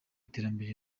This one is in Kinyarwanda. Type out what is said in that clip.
iterambere